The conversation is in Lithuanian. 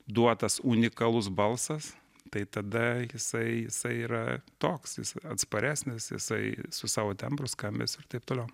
duotas unikalus balsas tai tada jisai jisai yra toks jis atsparesnis jisai su savo tembru skambesiu ir taip toliau